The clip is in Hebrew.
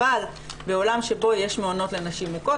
אבל בעולם שבו יש מעונות לנשים מוכות,